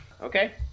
Okay